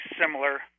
similar